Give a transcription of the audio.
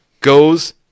goes